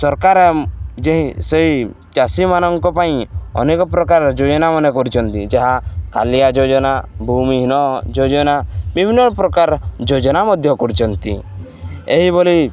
ସରକାର ଯେ ସେଇ ଚାଷୀମାନଙ୍କ ପାଇଁ ଅନେକ ପ୍ରକାର ଯୋଜନା ମାନେ କରିଛନ୍ତି ଯାହା କାଳିଆ ଯୋଜନା ଭୂମିହୀନ ଯୋଜନା ବିଭିନ୍ନ ପ୍ରକାର ଯୋଜନା ମଧ୍ୟ କରିଛନ୍ତି ଏହିଭଳି